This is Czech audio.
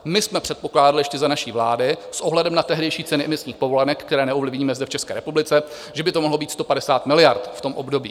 My jsme předpokládali ještě za naší vlády s ohledem na tehdejší ceny emisních povolenek, které neovlivníme zde v České republice, že by to mohlo být 150 miliard v tom období.